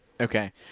okay